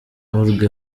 org